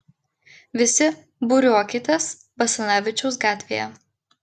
visi būriuokitės basanavičiaus gatvėje